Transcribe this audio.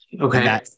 Okay